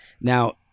Now